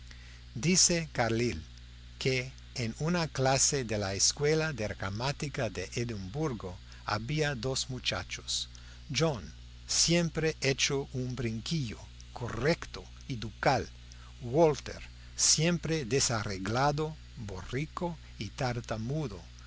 dice carlyle que en una clase de la escuela de gramática de edimburgo había dos muchachos john siempre hecho un brinquillo correcto y ducal walter siempre desarreglado borrico y tartamudo